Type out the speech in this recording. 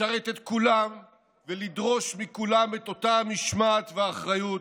לשרת את כולם ולדרוש מכולם את אותה המשמעת והאחריות,